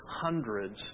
hundreds